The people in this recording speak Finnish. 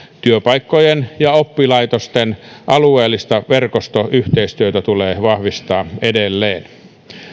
työpaikkojen ja oppilaitosten alueellista verkostoyhteistyötä tulee vahvistaa edelleen